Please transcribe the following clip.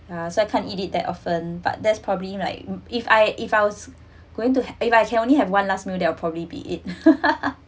uh so I can't eat it that often but there's probably like if I if I was going to if I can only have one last meal they'll probably be it